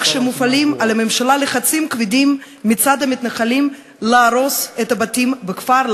שמופעלים על הממשלה לחצים כבדים מצד המתנחלים להרוס את הבתים בכפר,